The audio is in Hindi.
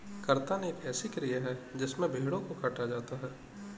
कर्तन एक ऐसी क्रिया है जिसमें भेड़ों को काटा जाता है